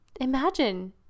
imagine